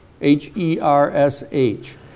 H-E-R-S-H